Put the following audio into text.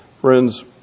Friends